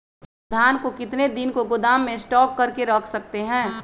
धान को कितने दिन को गोदाम में स्टॉक करके रख सकते हैँ?